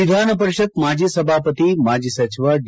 ವಿಧಾನ ಪರಿಷತ್ ಮಾಜಿ ಸಭಾಪತಿ ಮಾಜಿ ಸಚಿವ ಡಿ